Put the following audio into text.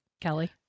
Kelly